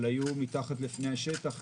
אבל היו מתחת לפני השטח.